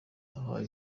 bahawe